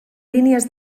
línies